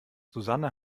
susanne